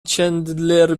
چندلر